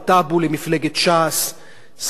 שר השיכון הוא גם השר שלי,